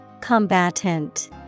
Combatant